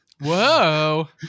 Whoa